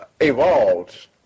evolved